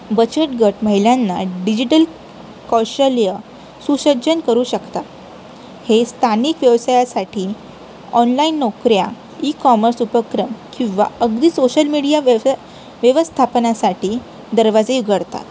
बचतगट महिलांना डिजिटल कौशल्य सुसज्जन करू शकतात हे स्थानिक व्यवसायासाठी ऑनलाईन नोकऱ्या ई कॉमर्स उपक्रम किंवा अगदी सोशल मीडिया वेव्ह व्यवस्थापनासाठी दरवाजे उघडतात